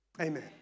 amen